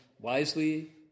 wisely